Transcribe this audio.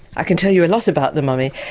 i can tell you a lot about the mummy.